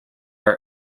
are